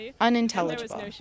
Unintelligible